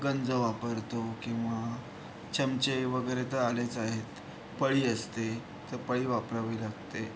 गंज वापरतो किंवा चमचे वगैरे तर आलेच आहेत पळी असते तर पळी वापरावी लागते